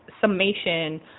summation